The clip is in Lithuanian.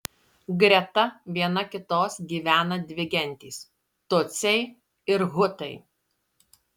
greta viena kitos gyvena dvi gentys tutsiai ir hutai